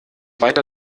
weiter